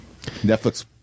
Netflix